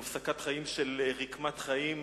של הפסקת חיים של רקמת חיים,